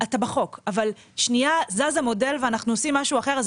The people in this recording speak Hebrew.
אתה בחוק אבל שנייה זז המודל ואנחנו עושים משהו אחר,